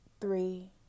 Three